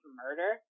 murder